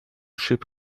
ship